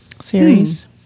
series